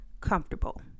comfortable